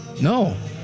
No